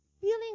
feeling